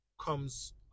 comes